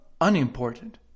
unimportant